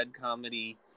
Comedy